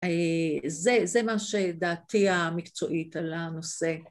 ‫זה מה שדעתי המקצועית על הנושא.